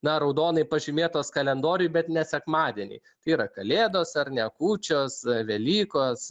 na raudonai pažymėtos kalendoriuj bet ne sekmadieniai yra kalėdos ar ne kūčios velykos